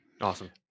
Awesome